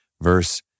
verse